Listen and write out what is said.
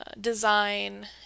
design